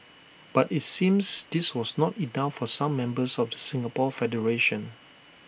but IT seems this was not enough for some members of the Singapore federation